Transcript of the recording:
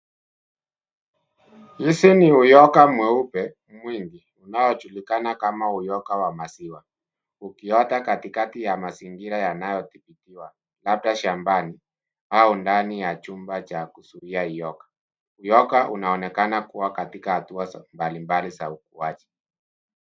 Hizi ni uyoga mweupe mwingi unaojulikana kama uyoga wa maziwa, ukiota katikati ya mazingira yanayodhibitiwa labda shambani au ndani ya chumba cha kuzuia uyoga. Uyoga unaonekana kuwa katika hatua mbali mbali za ukuaji.